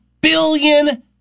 billion